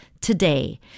today